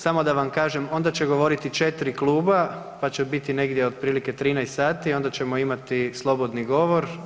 Samo da vam kažem, onda će govoriti 4 kluba, pa će biti negdje otprilike 13 sati, onda ćemo imati slobodni govor.